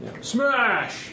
Smash